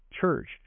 church